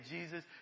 Jesus